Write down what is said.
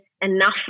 enough